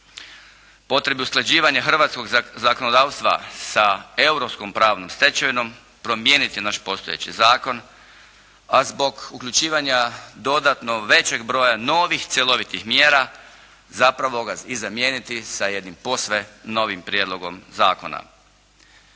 potrebi usklađivanja hrvatskog zakonodavstva sa europskom pravnom stečevinom promijeniti naš postojeći zakon. A zbog uključivanja dodatno većeg broja novih cjelovitih mjera zapravo ga i zamijeniti sa jednim posve novim prijedlogom zakona.